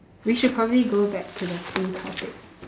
we should probably go back to the free topic